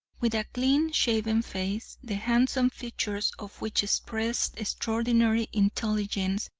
with a clean shaven face, the handsome features of which expressed extraordinary intelligence,